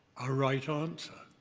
a right answer.